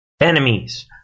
Enemies